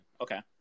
okay